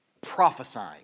prophesying